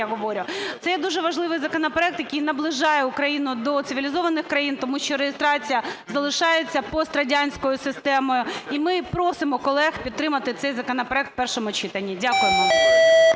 Це є дуже важливий законопроект, який наближає Україну до цивілізованих країн, тому що реєстрація залишається пострадянською системою. І ми просимо колег підтримати цей законопроект в першому читанні. Дякуємо.